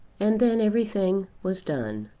and then everything was done.